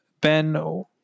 Ben